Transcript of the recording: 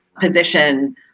position